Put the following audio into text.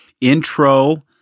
intro